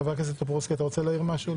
חבר הכנסת טופורובסקי, אתה רוצה להעיר משהו?